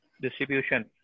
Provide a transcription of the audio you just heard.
distribution